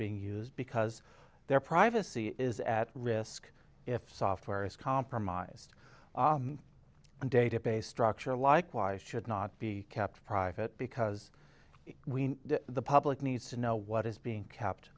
being used because their privacy is at risk if software is compromised and database structure likewise should not be kept private because the public needs to know what is being